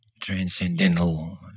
Transcendental